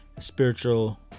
spiritual